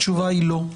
התשובה היא לא.